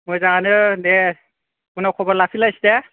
मोजाङानो दे उनाव खबर लाफिनलायसै दे